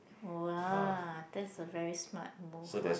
!wah! that's a very smart move ah